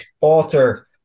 author